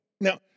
Now